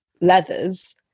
leathers